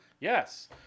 Yes